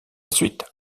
suite